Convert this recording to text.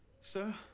Sir